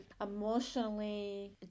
emotionally